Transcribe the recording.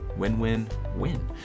win-win-win